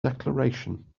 declaration